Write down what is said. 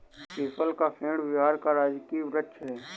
people का पेड़ बिहार का राजकीय वृक्ष है